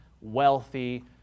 wealthy